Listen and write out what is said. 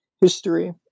history